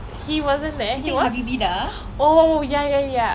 dey okay you know what fifty dollars ah